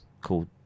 called